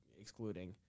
excluding